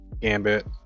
Gambit